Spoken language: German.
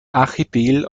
archipel